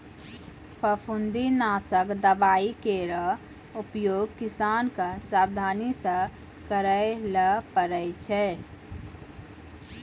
फफूंदी नासक दवाई केरो उपयोग किसान क सावधानी सँ करै ल पड़ै छै